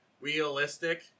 realistic